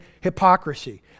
hypocrisy